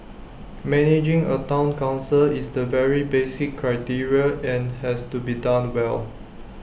managing A Town Council is the very basic criteria and has to be done well